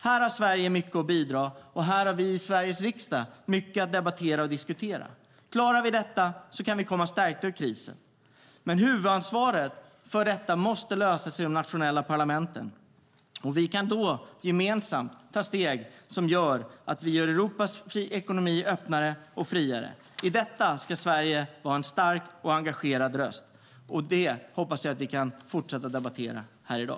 Här har Sverige mycket att bidra med, och här har vi i Sveriges riksdag mycket att debattera och diskutera. Klarar vi detta kan vi komma stärkta ur krisen. Men huvudansvaret för att lösa detta måste ligga på de nationella parlamenten. Vi kan då gemensamt ta steg som gör Europas ekonomi öppnare och friare. I detta ska Sverige vara en stark och engagerad röst. Det hoppas jag att vi kan fortsätta att debattera här i dag.